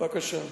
בבקשה.